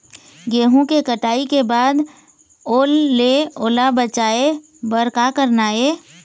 गेहूं के कटाई के बाद ओल ले ओला बचाए बर का करना ये?